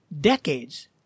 decades